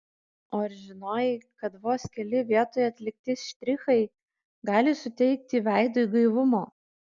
o ar žinojai kad vos keli vietoje atlikti štrichai gali suteikti veidui gaivumo